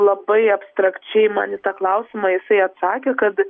labai abstrakčiai man į tą klausimą jisai atsakė kad